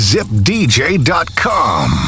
ZipDJ.com